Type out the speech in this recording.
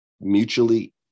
mutually